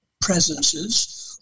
presences